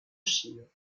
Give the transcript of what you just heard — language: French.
chine